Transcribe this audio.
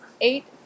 eight